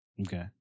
Okay